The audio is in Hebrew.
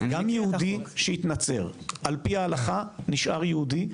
גם יהודי שהתנצר על-פי ההלכה נשאר יהודי,